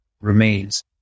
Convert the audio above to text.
remains